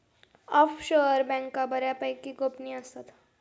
offshore बँका बऱ्यापैकी गोपनीय असतात